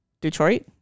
Detroit